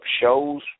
shows